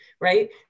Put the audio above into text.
right